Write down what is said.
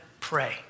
pray